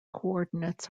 coordinates